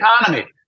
economy